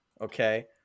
okay